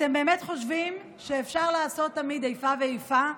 אתם באמת חושבים שאפשר לעשות תמיד איפה ואיפה?